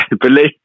Believe